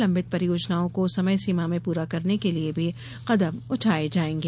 लंबित परियोजनाओं को समयसीमा में पूरा करने के लिए भी कदम उठाये जायेगें